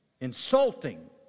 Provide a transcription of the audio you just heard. insulting